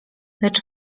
lecz